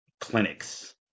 clinics